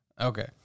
Okay